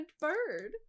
bird